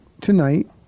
tonight